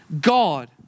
God